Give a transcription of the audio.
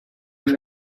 have